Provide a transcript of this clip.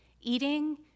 eating